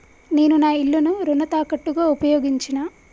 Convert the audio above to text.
నేను నా ఇల్లును రుణ తాకట్టుగా ఉపయోగించినా